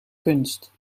kunst